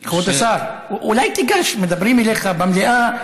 ייתכן, כבוד השר, אולי תיגש, מדברים אליך במליאה.